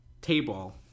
table